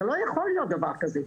לא יכול להיות דבר כזה.